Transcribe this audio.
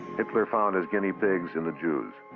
hitler found his guinea pigs in the jews.